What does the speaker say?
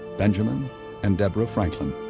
benjamin and deborah franklin.